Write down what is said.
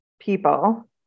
people